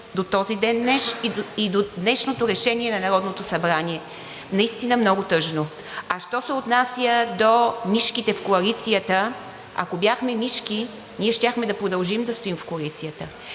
до този ден днес и до днешното решение на Народното събрание – наистина много тъжно. А що се отнася до мишките в Коалицията, ако бяхме мишки, ние щяхме да продължим да стоим в Коалицията.